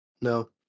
No